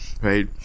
right